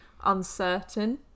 uncertain